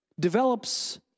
Develops